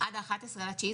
עד ה-11.9,